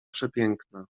przepiękna